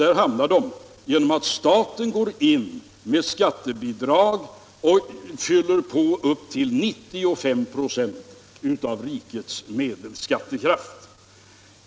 Där hamnar de genom att staten går in och fyller på med skattebidrag upp till 95 96 av rikets medelskattekraft.